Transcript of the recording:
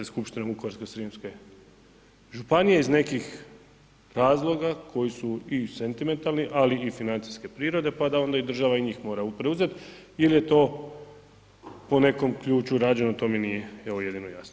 Skupština Vukovarsko-srijemske županije iz nekih razloga koji su i sentimentalni, ali i financijske prirode pa da onda država i njih mora preuzeti ili je to po nekom ključu rađeno, to mi nije evo jedino jasno.